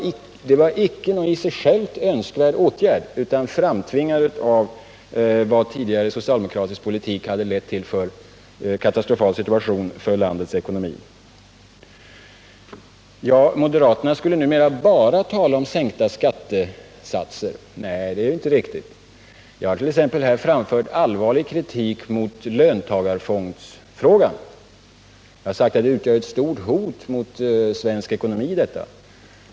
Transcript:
Detta var inte någon i sig själv önskvärd åtgärd, utan den var framtvingad av den katastrofala situation för landets ekonomi som tidigare socialdemokratisk politik lett till. Moderaterna skulle numera tala bara om sänkta skattesatser. Nej, det är inte riktigt. Jag har t.ex. framfört allvarlig kritik mot löntagarfonderna. Jag har sagt att de utgör ett stort hot mot den svenska ekonomin.